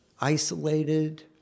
isolated